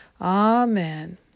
Amen